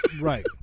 Right